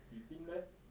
you think leh